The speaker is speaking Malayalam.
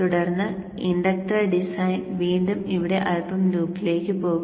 തുടർന്ന് ഇൻഡക്ടർ ഡിസൈൻ വീണ്ടും ഇവിടെ അൽപ്പം ലൂപ്പിലേക്ക് പോകും